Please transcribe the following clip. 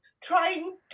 trying